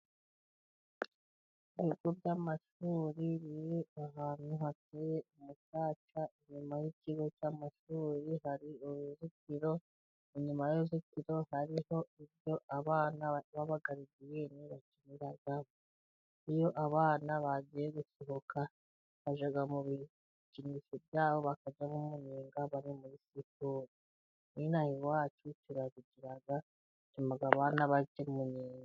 Ibigo by'amashuri biri ahantu hateye umucaca ,inyuma y'ikigo cy'amashuri hari uruzitiro .Inyuma y'uruzitiro hariho ibyo abana b'abagaridiyene bakiniraho, iyo abana bagiye gusohoka, bajya mu bikinisho byabo bakarya n'umunyenga bari muri siporo, nk'ino aha iwacu turabigira bituma abana bagira umunyenga.